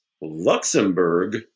Luxembourg